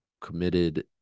committed